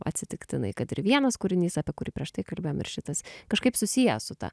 atsitiktinai kad ir vienas kūrinys apie kurį prieš tai kalbėjom ir šitas kažkaip susijęs su ta